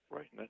Right